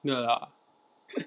no lah